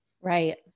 Right